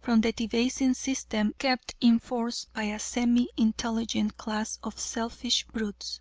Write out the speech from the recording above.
from the debasing system kept in force by a semi-intelligent class of selfish brutes,